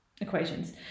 equations